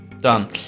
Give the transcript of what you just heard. done